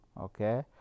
okay